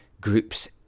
groups